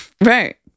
Right